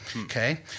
Okay